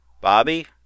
Bobby